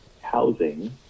housing